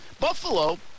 Buffalo